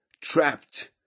trapped